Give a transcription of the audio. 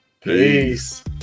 Peace